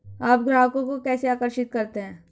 आप ग्राहकों को कैसे आकर्षित करते हैं?